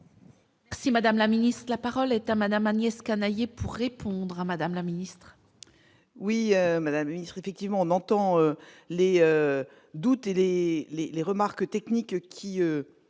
Si Madame la ministre de la parole est à madame Agnès Canayer pour répondre à Madame la Ministre. Oui Madame il effectivement on entend les doutes et les, les, les remarques techniques qui